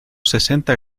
sesenta